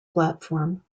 platform